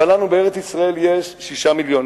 אבל לנו בארץ-ישראל יש 6 מיליונים.